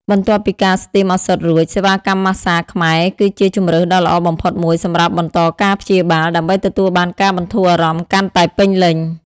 បន្ទាប់ពីការស្ទីមឱសថរួច សេវាកម្មម៉ាស្សាខ្មែរគឺជាជម្រើសដ៏ល្អបំផុតមួយសម្រាប់បន្តការព្យាបាល ដើម្បីទទួលបានការបន្ធូរអារម្មណ៍កាន់តែពេញលេញ។